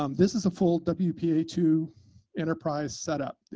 um this is a full w p a two enterprise setup.